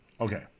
Okay